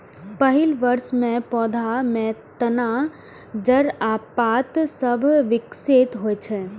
पहिल वर्ष मे पौधा मे तना, जड़ आ पात सभ विकसित होइ छै